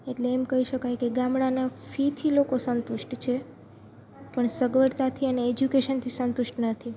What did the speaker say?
એટલે એમ કઈ શકાય કે ગામળાના ફીથી લોકો સંતુષ્ટ છે પણ સગવડતાથી અને એજ્યુકેશનથી સંતુષ્ટ નથી